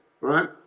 right